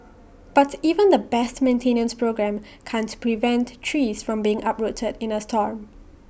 but even the best maintenance programme can't prevent trees from being uprooted in A storm